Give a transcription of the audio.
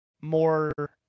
more